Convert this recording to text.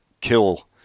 kill